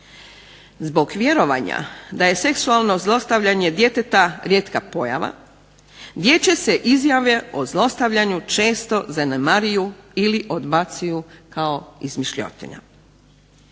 Zbog vjerovanja da je seksualno zlostavljanje djeteta rijetka pojava dječje se izjave o zlostavljanju često zanemaruju ili odbacuju kao izmišljotina.